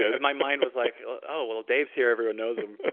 ah my mind was like, oh, well dave's here. everyone knows him.